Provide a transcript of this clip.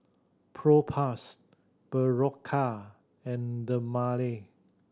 Propass Berocca and Dermale